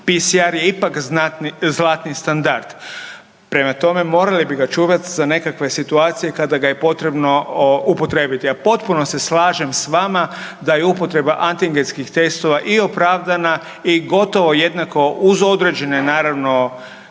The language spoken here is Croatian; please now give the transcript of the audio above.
PCR je ipak zlatni standard. Prema tome, morali bi ga čuvat za nekakve situacije kada ga je potrebno upotrijebiti. A potpuno se slažem s vama da je upotreba antigenskih testova i opravdana i gotovo jednako uz određene naravno